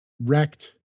wrecked